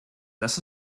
das